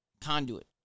conduit